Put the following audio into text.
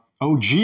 OG